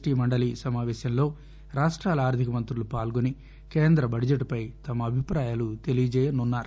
T మండలి సమాపేశంలో రాష్టాల ఆర్దిక మంత్రులు పాల్గొని కేంద్ర బడ్జెట్ పై తమ అభిప్రాయాలు తెలియజేయన్నారు